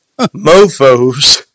mofos